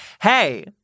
Hey